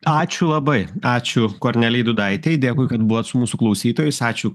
ačiū labai ačiū kornelijai dūdaitei dėkui kad buvot su mūsų klausytojais ačiū